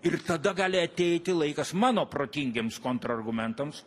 ir tada gali ateiti laikas mano protingiems kontra argumentams